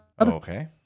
Okay